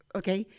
okay